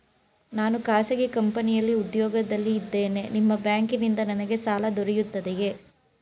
ನಾನು ಖಾಸಗಿ ಕಂಪನಿಯಲ್ಲಿ ಉದ್ಯೋಗದಲ್ಲಿ ಇದ್ದೇನೆ ನಿಮ್ಮ ಬ್ಯಾಂಕಿನಲ್ಲಿ ನನಗೆ ಸಾಲ ದೊರೆಯುತ್ತದೆಯೇ?